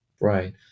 Right